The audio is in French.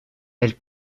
elle